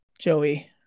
Joey